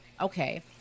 okay